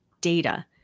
data